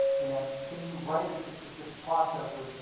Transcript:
and can you write it to specific processors,